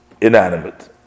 inanimate